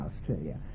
Australia